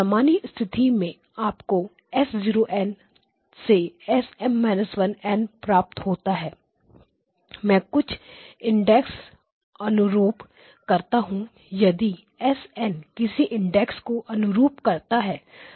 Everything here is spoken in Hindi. सामान्य स्थिति में आपको S0 n to SM−1n प्राप्त होता है कुछ इंडेक्सको अनुरूप करता है यदि S n किसी इंडेक्स को अनुरूप करता है तो यह S n M होगा